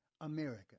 America